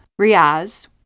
Riaz